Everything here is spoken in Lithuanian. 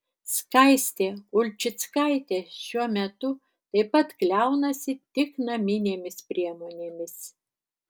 skaistė ulčickaitė šiuo metu taip pat kliaunasi tik naminėmis priemonėmis